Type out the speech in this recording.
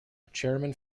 chairman